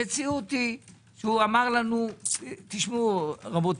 המציאות היא שאמר לנו: רבותיי,